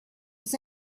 was